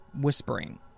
whispering